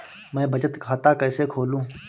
मैं बचत खाता कैसे खोलूँ?